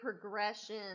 progression